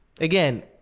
again